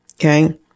okay